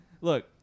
look